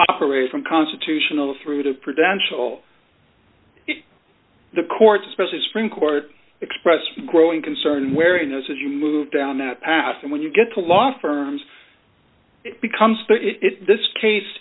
operate from constitutional through to prevention all the courts especially supreme court expressed growing concern wearing those as you move down that path and when you get to law firms it becomes if this case